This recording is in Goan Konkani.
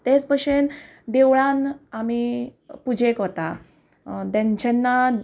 तेच भशेन देवळान आमी पुजेक वता देन जेन्ना